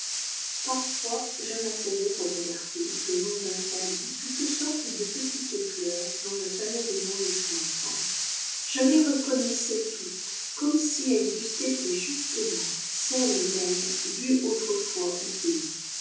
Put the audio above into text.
parfois je m'asseyais pour regarder le long d'un talus toutes sortes de petites fleurs dont je savais les noms depuis longtemps je les reconnaissais toutes comme si elles eussent été justement celles mêmes vues autrefois au pays